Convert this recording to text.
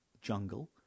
jungle